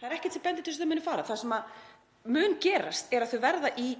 Það er ekkert sem bendir til að þau muni fara. Það sem mun gerast er að þau verða í